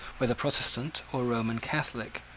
whether protestant or roman catholic,